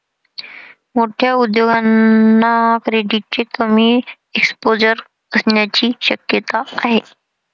मोठ्या उद्योगांना क्रेडिटचे कमी एक्सपोजर असण्याची शक्यता आहे